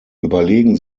überlegen